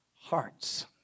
hearts